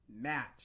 match